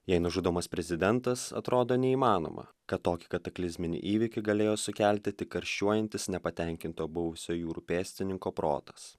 jei nužudomas prezidentas atrodo neįmanoma kad tokį kataklizminį įvykį galėjo sukelti tik karščiuojantis nepatenkinto buvusio jūrų pėstininko protas